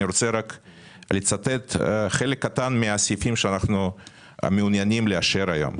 אני רוצה לצטט חלק קטן מן הסעיפים שאנחנו מעוניינים לאשר היום.